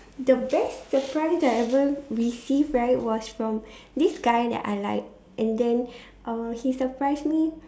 the best surprise I ever received right was from this guy that I like and then uh he surprise me